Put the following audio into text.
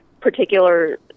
particular